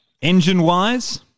Engine-wise